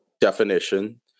definition